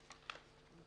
נפט,